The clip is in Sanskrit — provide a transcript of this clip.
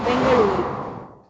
बेङ्गळूरू